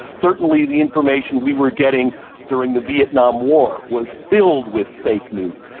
certainly the information we were getting during the vietnam war was filled with fake news.